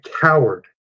coward